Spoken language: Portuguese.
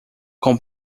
com